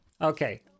Okay